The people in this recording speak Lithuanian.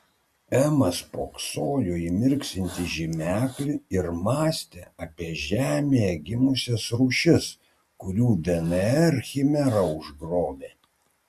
ema spoksojo į mirksintį žymeklį ir mąstė apie žemėje gimusias rūšis kurių dnr chimera užgrobė